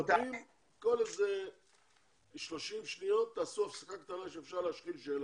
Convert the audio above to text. כל 30 שניות תעשו הפסקה כדי שנוכל לשאול שאלות.